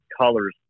colors